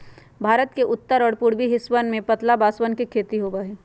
भारत के उत्तर और पूर्वी हिस्सवन में पतला बांसवन के खेती होबा हई